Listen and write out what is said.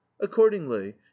accordingly